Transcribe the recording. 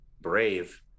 brave